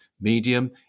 medium